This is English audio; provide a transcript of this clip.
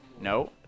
no